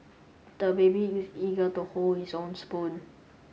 the baby is eager to hold his own spoon